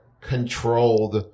controlled